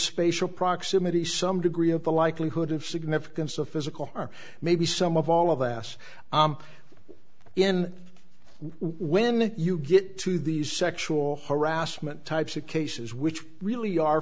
spatial proximity some degree of the likelihood of significance of physical or maybe some of all of us in when you get to these sexual harassment types of cases which really are